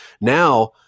Now